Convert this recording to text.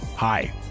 Hi